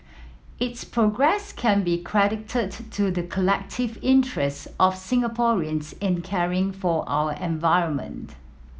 its progress can be credited to the collective interest of Singaporeans in caring for our environment